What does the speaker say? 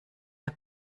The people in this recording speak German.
der